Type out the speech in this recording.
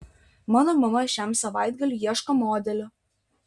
mano mama šiam savaitgaliui ieško modelių